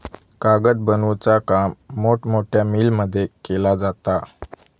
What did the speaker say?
कागद बनवुचा काम मोठमोठ्या मिलमध्ये केला जाता